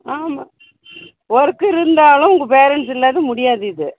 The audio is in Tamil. ஆமாம் ஒர்க் இருந்தாலும் உங்கள் பேரண்ட்ஸ் இல்லாத முடியாது இது